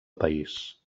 país